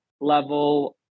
level